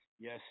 Yes